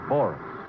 Boris